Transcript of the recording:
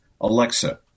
Alexa